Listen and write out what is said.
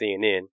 CNN